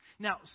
Now